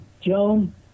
Joan